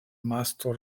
mastro